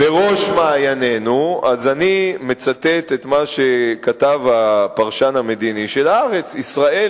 בראש מעיינינו אני מצטט את מה שכתב הפרשן המדיני של "הארץ": ישראל